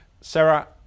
Sarah